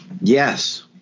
yes